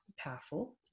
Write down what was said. powerful